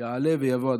יעלה ויבוא.